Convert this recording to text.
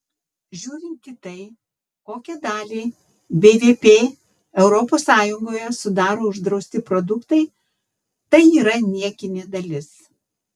žiūrint į tai kokią dalį bvp europos sąjungoje sudaro uždrausti produktai tai yra niekinė dalis